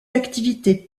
activités